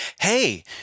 Hey